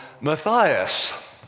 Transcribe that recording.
Matthias